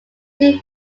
two